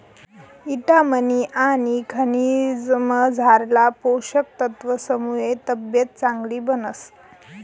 ईटामिन आनी खनिजमझारला पोषक तत्वसमुये तब्येत चांगली बनस